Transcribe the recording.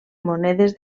monedes